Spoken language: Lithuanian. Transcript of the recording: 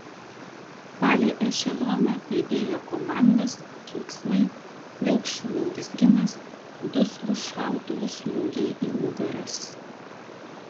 palei ešeloną aidėjo komandos keiksmai vilkšunių urzgimas duslūs šautuvų smūgiai į nugaras